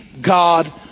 God